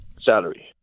Salary